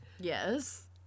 Yes